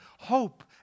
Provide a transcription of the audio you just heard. hope